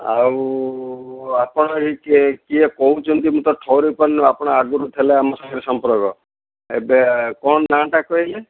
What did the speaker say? ଆଉ ଆପଣ ଏଇଠି କିଏ କହୁଛନ୍ତି ମୁଁ ତ ଠଅରେଇ ପାରୁନି ଆପଣ ଆଗରୁ ଥିଲା ଆମ ସାଙ୍ଗରେ ସମ୍ପର୍କ ଏବେ କ'ଣ ନାଁଟା କହିଲେ